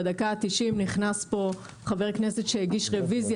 בדקה ה-90 נכנס פה חבר כנסת שהגיש רוויזיה